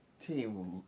team